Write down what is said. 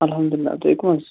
اَلحَمدُاللہ تُہۍ کٔم حظ